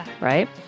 right